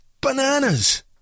bananas